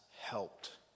helped